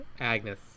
Agnes